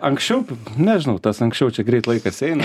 anksčiau nežinau tas anksčiau čia greit laikas eina